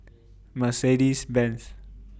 Mercedes Benz